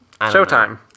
Showtime